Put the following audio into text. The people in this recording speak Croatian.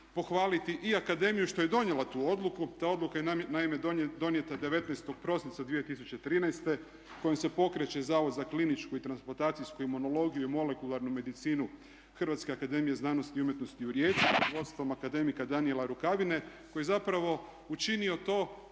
pohvaliti i akademiju što je donijela tu odluku. Ta odluka je naime donijeta 19. prosinca 2013. kojom se pokreće Zavod za kliničku i transplantacijsku imunologiju i molekularnu medicinu Hrvatske akademije znanosti i umjetnosti u Rijeci pod vodstvom akademika Danijela Rukavine koji je zapravo učinio to